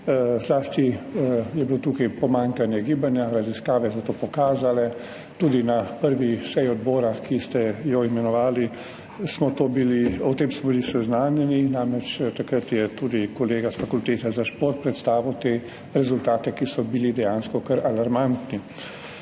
Zlasti je bilo tukaj pomanjkanje gibanja, raziskave so to pokazale, tudi na prvi seji odbora, ki ste ga imenovali, smo bili s tem seznanjeni. Namreč, takrat je tudi kolega s Fakultete za šport predstavil te rezultate, ki so bili dejansko kar alarmantni.